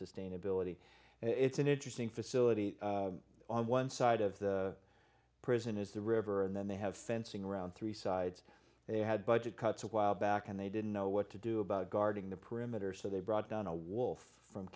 sustainability it's an interesting facility on one side of the prison is the river and then they have fencing around three sides they had budget cuts a while back and they didn't know what to do about guarding the perimeter so they brought down a wolf from